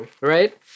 right